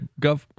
Gov